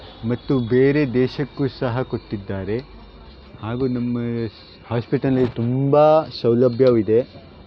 ಮತ್ತು ಬೇರೆ ದೇಶಕ್ಕೂ ಸಹ ಕೊಟ್ಟಿದ್ದಾರೆ ಹಾಗೂ ನಮ್ಮ ಹಾಸ್ಪಿಟಲಿಗೆ ತುಂಬ ಸೌಲಭ್ಯವಿದೆ